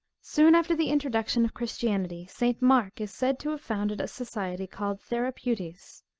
soon after the introduction of christianity, st. mark is said to have founded a society called therapeutes,